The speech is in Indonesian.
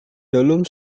dalam